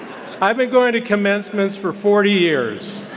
i've been going to commencements for forty years.